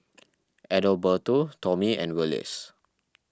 Adalberto Tomie and Willis